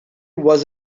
was